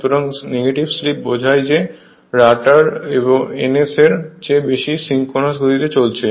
সুতরাং negative slip বোঝায় যে রটার ns এর চেয়ে বেশি সিনক্রোনাস গতিতে চলছে